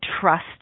trust